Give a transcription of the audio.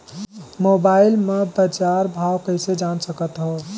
Mobile म बजार भाव कइसे जान सकथव?